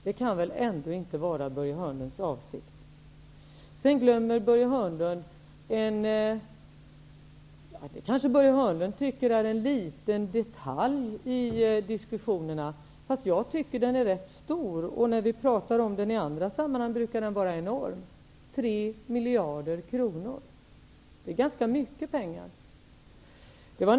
Börje Hörnlund glömmer en sak i diskussionen, men han kanske tycker att det är en liten detalj. Jag tycker att det är en rätt stor sak, och när vi pratar i andra sammanhang brukar den vara enorm. Det handlar alltså om 3 miljarder kronor. Det är ganska mycket pengar.